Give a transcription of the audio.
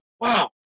Wow